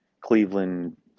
Cleveland